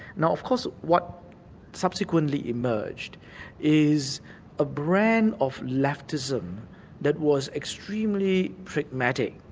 now of course what subsequently emerged is a brand of leftism that was extremely pragmatic.